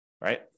right